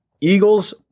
Eagles